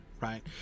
Right